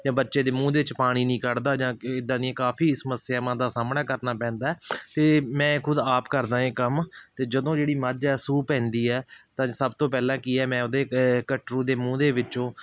ਜਾਂ ਬੱਚੇ ਦੇ ਮੂੰਹ ਦੇ ਵਿੱਚ ਪਾਣੀ ਨਹੀਂ ਕੱਢਦਾ ਜਾਂ ਇੱਦਾਂ ਦੀਆਂ ਕਾਫੀ ਸਮੱਸਿਆਵਾਂ ਦਾ ਸਾਹਮਣਾ ਕਰਨਾ ਪੈਂਦਾ ਅਤੇ ਮੈਂ ਖੁਦ ਆਪ ਕਰਦਾ ਇਹ ਕੰਮ ਅਤੇ ਜਦੋਂ ਜਿਹੜੀ ਮੱਝ ਹੈ ਸੂਅ ਪੈਂਦੀ ਹੈ ਤਾਂ ਸਭ ਤੋਂ ਪਹਿਲਾਂ ਕੀ ਹੈ ਮੈਂ ਉਹਦੇ ਕਟਰੂ ਦੇ ਮੂੰਹ ਦੇ ਵਿੱਚੋਂ